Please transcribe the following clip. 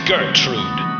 Gertrude